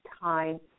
time